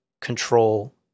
control